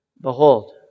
behold